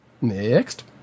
Next